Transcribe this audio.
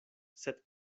sed